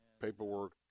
paperwork